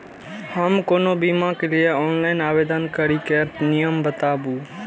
हम कोनो बीमा के लिए ऑनलाइन आवेदन करीके नियम बाताबू?